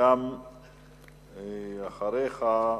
אחריך,